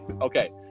Okay